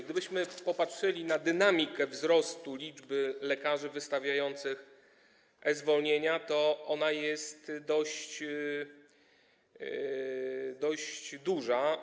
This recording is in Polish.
Gdybyśmy popatrzyli na dynamikę wzrostu liczby lekarzy wystawiających e-zwolnienia, to ona jest dość duża.